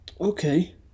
okay